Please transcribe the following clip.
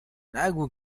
نگو